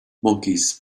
monkeys